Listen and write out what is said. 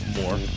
more